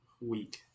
week